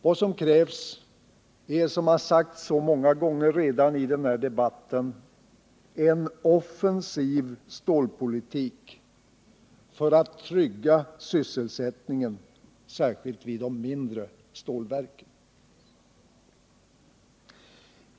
Vad som krävs är, som sagts så många gånger redan i denna debatt, en offensiv stålpolitik för att trygga sysselsättningen, särskilt vid de mindre stålverken.